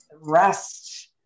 rest